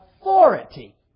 authority